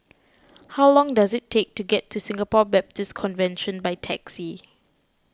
how long does it take to get to Singapore Baptist Convention by taxi